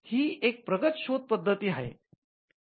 ही एक प्रगत शोध पद्धती आहे